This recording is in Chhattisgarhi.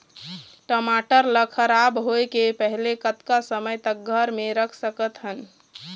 टमाटर ला खराब होय के पहले कतका समय तक घर मे रख सकत हन?